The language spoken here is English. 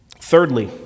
Thirdly